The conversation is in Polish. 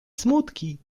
smutki